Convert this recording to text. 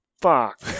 fuck